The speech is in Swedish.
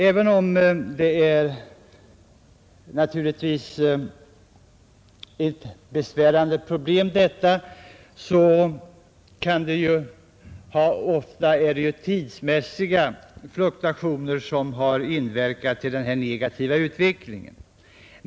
Även om detta naturligtvis är ett besvärande problem, bör man betänka att tidsmässiga fluktuationer har medverkat till denna negativa utveckling.